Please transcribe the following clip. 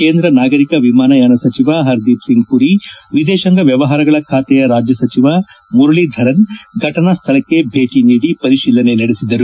ಕೇಂದ್ರ ನಾಗರಿಕ ವಿಮಾನಯಾನ ಸಚಿವ ಹರ್ದೀಪ್ ಸಿಂಗ್ ಮರಿ ವಿದೇಶಾಂಗ ವ್ಯವಹಾರಗಳ ಬಾತೆಯ ರಾಜ್ಯ ಸಚಿವ ಮುರಳೀಧರನ್ ಫಟನಾ ಸ್ವಳಕ್ಕೆ ಭೇಟಿ ನೀಡಿ ಪರಿಶೀಲನೆ ನಡೆಸಿದರು